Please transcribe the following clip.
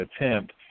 attempt